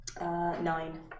Nine